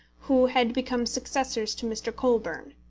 who had become successors to mr. colburn.